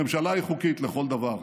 הממשלה היא חוקית לכל דבר,